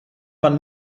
man